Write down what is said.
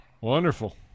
Wonderful